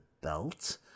belt